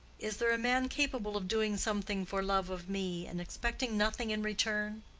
is there a man capable of doing something for love of me, and expecting nothing in return